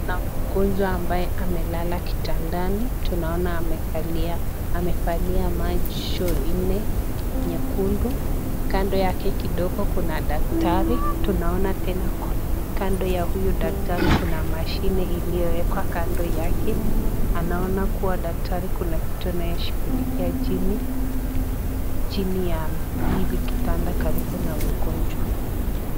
Kuna mgonjwa ambae amelala kitandani, tunaona amevalia macho nne nyekundu. Kando yake kidogo kuna daktari tunaona tena kando ya huyo daktari kuna mashine iliyowekwa kando yake, anaona kuwa daktari kuna kitu anaeshikilikia chini ya kitanda karibu na mgonjwa.